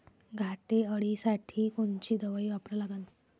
घाटे अळी साठी कोनची दवाई वापरा लागन?